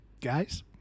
Guys